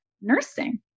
nursing